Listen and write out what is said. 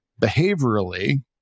behaviorally